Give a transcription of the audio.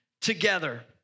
together